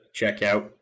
checkout